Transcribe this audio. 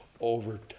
over